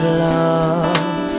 love